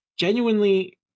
genuinely